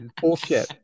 Bullshit